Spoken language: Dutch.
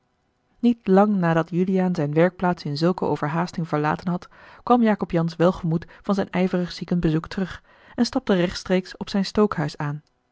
niet lang nadat juliaan zijne werkplaats in zulke overhaasting verlaten had kwam jacob jansz welgemoed van zijn ijverig ziekenbezoek terug en stapte rechtstreeks op zijn stookhuis aan